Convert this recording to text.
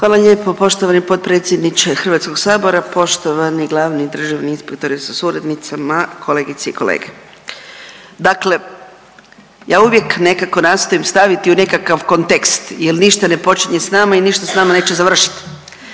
Hvala lijepa. Poštovani potpredsjedniče HS-a, poštovani glavni državni inspektore sa suradnicama, kolegice i kolege. Dakle, ja uvijek nekako nastojim staviti u nekakav kontekst jel ništa ne počinje s nama i ništa s nama neće završit